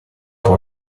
può